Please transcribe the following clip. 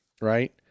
right